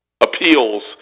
appeals